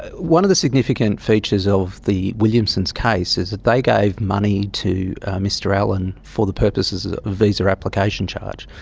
one of the significant features of the williamsons' case is that they gave money to mr allan for the purposes of a visa application charge.